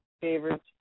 favorites